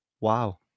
wow